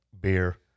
beer